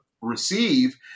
receive